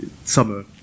summer